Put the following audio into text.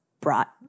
brought